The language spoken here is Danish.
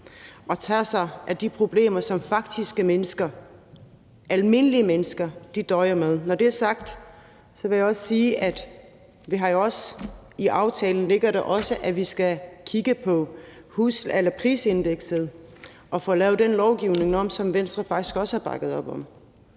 som tager sig af de problemer, som almindelige mennesker døjer med. Når det er sagt, vil jeg også sige, at der i aftalen også ligger, at vi skal kigge på prisindekset og få lavet den lovgivning om, som Venstre faktisk også har bakket op om.